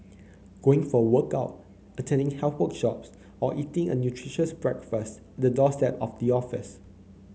going for a workout attending health workshops or eating a nutritious breakfast at the doorstep of the office